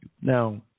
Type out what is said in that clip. Now